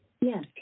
Yes